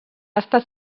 estat